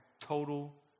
total